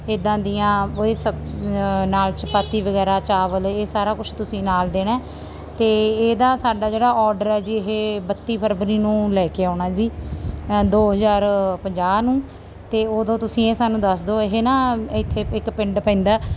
ਇੱਦਾਂ ਦੀਆਂ ਓਹੀ ਸਭ ਨਾਲ ਚਪਾਤੀ ਵਗੈਰਾ ਚਾਵਲ ਇਹ ਸਾਰਾ ਕੁਛ ਤੁਸੀਂ ਨਾਲ ਦੇਣਾ ਅਤੇ ਇਹਦਾ ਸਾਡਾ ਜਿਹੜਾ ਓਡਰ ਹੈ ਜੀ ਇਹ ਬੱਤੀ ਫਰਵਰੀ ਨੂੰ ਲੈ ਕੇ ਆਉਣਾ ਜੀ ਦੋ ਹਜ਼ਾਰ ਪੰਜਾਹ ਨੂੰ ਅਤੇ ਉਦੋਂ ਤੁਸੀਂ ਇਹ ਸਾਨੂੰ ਦੱਸ ਦਿਓ ਇਹ ਨਾ ਇੱਥੇ ਇੱਕ ਪਿੰਡ ਪੈਂਦਾ